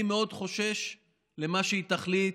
אני מאוד חושש למה שהיא תחליט,